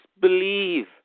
believe